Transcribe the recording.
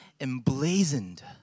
emblazoned